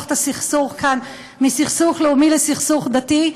את הסכסוך כאן מסכסוך לאומי לסכסוך דתי,